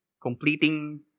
completing